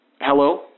Hello